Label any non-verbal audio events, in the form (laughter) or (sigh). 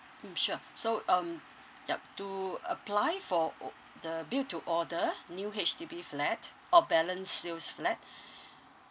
mm sure so um yup to apply for o~ the build to order new H_D_B flat or balance sales flat (breath)